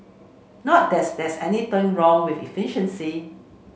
not that's there's anything wrong with efficiency